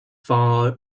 far